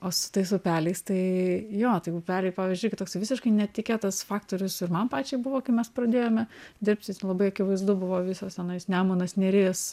o su tais upeliais tai jo tai upeliai pavyzdžiui irgi toksai visiškai netikėtas faktorius ir man pačiai buvo kai mes pradėjome dirbti labai akivaizdu buvo visas tenais nemunas neris